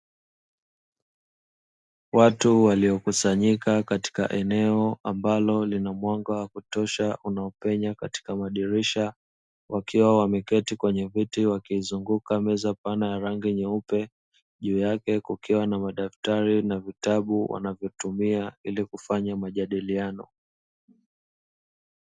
Watu walio kusanyika katika eneo ambalo lina mwanga wa kutosha unaopenya katika madirisha, wakiwa wameketi kwenye viti wakiizunguka meza pana ya rangi nyeupe, juu yake kukiwa na madaftari na vitabu wanavyo tumia ili kufanya majadiliano.